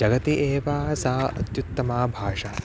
जगति एव सा अत्युत्तमा भाषा